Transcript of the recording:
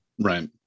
Right